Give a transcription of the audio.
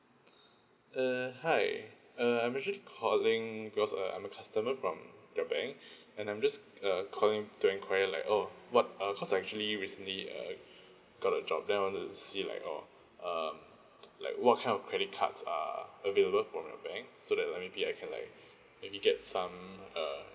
err hi uh I'm actually calling because uh I'm a customer from your bank and I'm just uh calling to enquiry like oh what err cause actually recently uh I got a job then I wanted to see like uh um like what kind of credit cards are available from your bank so that like maybe I can like maybe get some uh